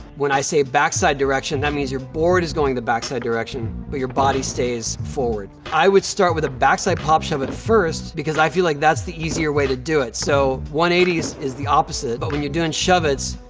when i say back-side direction, that means your board is going the back-side direction but your body stays forward. i would start with a back-side pop shove-it first because i feel like that's the easier way to do it. so one hundred and eighty is is the opposite, but when you're doing shove-its,